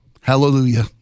Hallelujah